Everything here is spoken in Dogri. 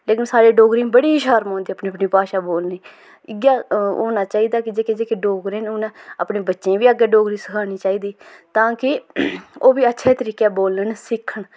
लेकिन साढ़े डोगरें गी बड़ी शर्म औंदी अपनी भाशा बोलने गी इ'यै होना चाहिदा कि जेह्के जेह्के डोगरे न उ'नें अपने बच्चें गी बी अग्गें डोगरी सखानी चाहिदी तां के ओह् बी अच्छे तरीके कन्नै बोलन सिक्खन